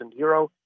euros